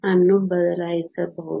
ಅನ್ನು ಬದಲಾಯಿಸಬಹುದು